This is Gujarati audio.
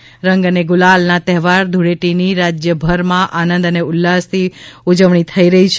ધૂળેટી રંગ અને ગુલાલના તહેવાર ધૂળેટીની આજે રાજ્યભરમાં આનંદ અને ઉલ્લાસથી ઉજવણી થઇ રહી છે